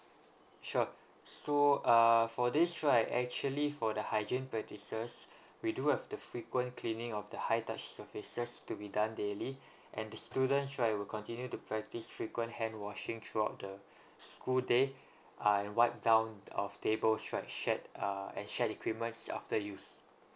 sure so uh for this right actually for the hygiene practices we do have the frequent cleaning of the high touch surfaces to be done daily and students right will continue to practice frequent hand washing throughout the school day uh wipe down of table shared and shared equipments after used